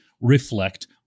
reflect